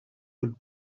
would